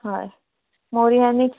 हय मोरी आनीक